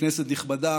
כנסת נכבדה,